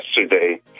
yesterday